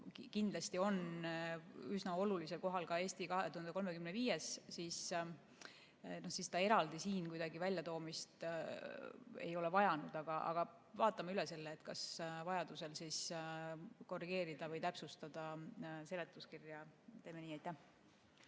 kindlasti on üsna olulisel kohal ka "Eesti 2035-s", siis ta eraldi siin väljatoomist ei ole vajanud. Aga vaatame üle, kas tuleks korrigeerida või täpsustada seletuskirja. Teeme nii. Aivar